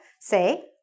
say